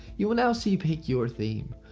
you will now see pick your theme.